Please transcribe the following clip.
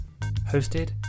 hosted